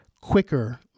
quicker